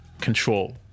control